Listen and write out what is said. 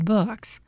Books